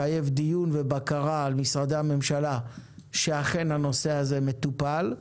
מחייב דיון ובקרה על משרדי הממשלה שאכן הנושא הזה מטופל.